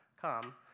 come